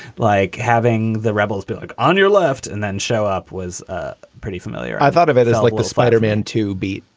like having the rebels build on your left and then show up was ah pretty familiar i thought of it as like the spider-man two beat,